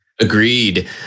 Agreed